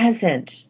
present